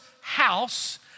house